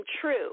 true